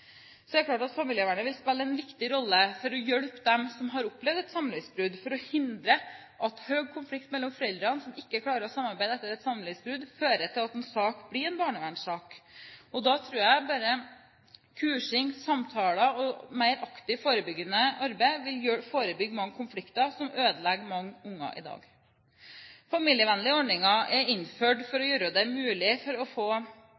er klart at familievernet vil spille en viktig rolle for å hjelpe dem som har opplevd et samlivsbrudd, for å hindre at høy konflikt mellom foreldre som ikke klarer å samarbeide etter et samlivsbrudd, fører til at en sak blir en barnevernssak. Da tror jeg kursing, samtaler og mer aktivt forebyggende arbeid vil forebygge mange konflikter som i dag ødelegger mange barn. Familievennlige ordninger er innført for å gjøre det mulig å få